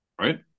right